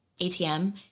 ATM